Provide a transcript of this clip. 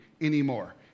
anymore